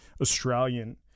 Australian